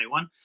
2021